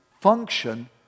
Function